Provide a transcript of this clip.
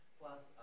plus